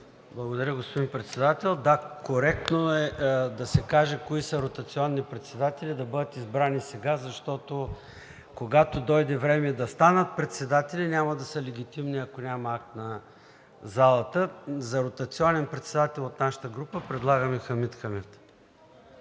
Благодаря, господин Председател. Да, коректно е да се каже кои са ротационните председатели и да бъдат избрани сега, защото, когато дойде време да станат председатели, няма да са легитимни, ако няма акт на залата. За ротационен председател от нашата група предлагам Хамид Хамид.